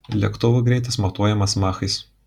lėktuvų greitis matuojamas machais